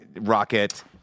Rocket